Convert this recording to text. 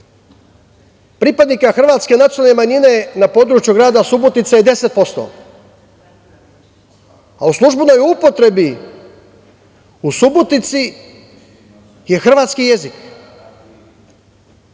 Pripadnika hrvatske nacionalne manjine na području grada Subotice je 10%, a u službenoj upotrebi u Subotici je hrvatski jezik.